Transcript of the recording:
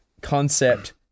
concept